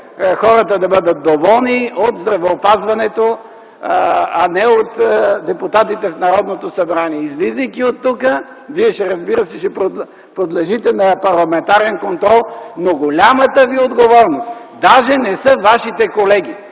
хората да бъдат доволни от здравеопазването, а не от депутатите в Народното събрание. Излизайки оттук, Вие ще подлежите на парламентарен контрол. Голямата Ви отговорност даже не са Вашите колеги,